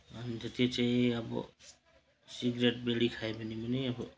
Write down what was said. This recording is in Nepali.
अन्त त्यो चाहिँ अब सिगरेट बिडी खायो भने पनि अब